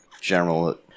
general